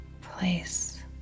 place